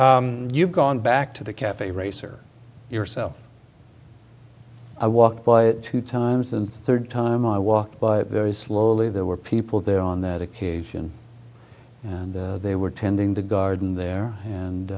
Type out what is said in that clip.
forever you've gone back to the cafe racer yourself i walked by it two times in third time i walked but very slowly there were people there on that occasion and they were tending the garden there and